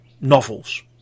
novels